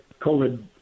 COVID